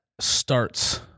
starts